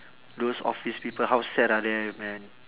those office people how sad are they man